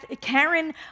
Karen